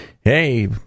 hey